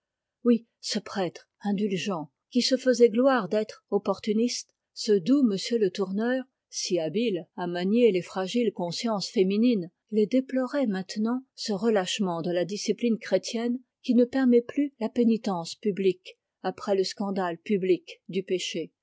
oui ce prêtre indulgent qui se faisait gloire d'être opportuniste ce doux m le tourneur si habile à manier les fragiles consciences féminines il déplorait maintenant ce relâchement de la discipline chrétienne qui ne permet plus la pénitence publique après le scandale public du péché